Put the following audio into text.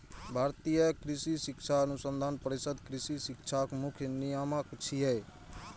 भारतीय कृषि शिक्षा अनुसंधान परिषद कृषि शिक्षाक मुख्य नियामक छियै